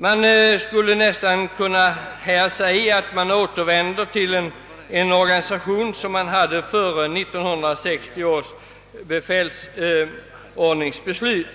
Det verkar nästan som om vi återvänder till en organisation som fanns före 1960 års befälsordningsbeslut,